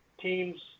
teams